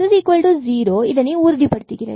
இதனை x0ஐ உறுதிப்படுத்துகிறது